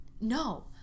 No